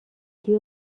جیب